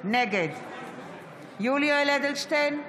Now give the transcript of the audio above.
נגד יולי יואל אדלשטיין,